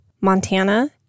Montana